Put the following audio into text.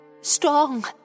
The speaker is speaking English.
strong